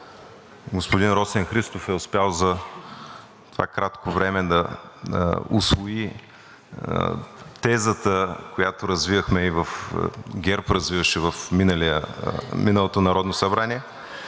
господин Росен Христов е успял за това кратко време да усвои тезата, която ГЕРБ развиваше в миналото Народно събрание,